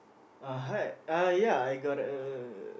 uh hi uh ya I got a